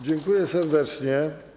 Dziękuję serdecznie.